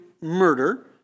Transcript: murder